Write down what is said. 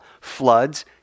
Floods